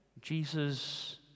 Jesus